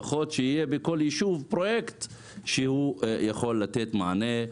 לפחות שבכל יישוב יהיה פרויקט שיכול לתת מענה.